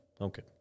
Okay